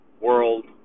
world